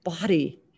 body